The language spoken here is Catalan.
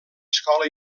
escola